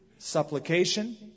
supplication